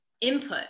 input